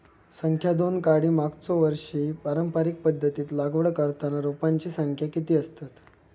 संख्या दोन काडी मागचो वर्षी पारंपरिक पध्दतीत लागवड करताना रोपांची संख्या किती आसतत?